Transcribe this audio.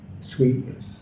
sweetness